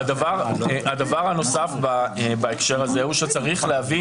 הדבר הנוסף בהקשר הזה הוא שצריך להבין